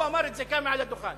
הוא אמר את זה כאן מעל הדוכן.